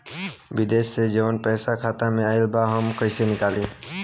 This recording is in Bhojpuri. विदेश से जवन पैसा खाता में आईल बा हम कईसे निकाली?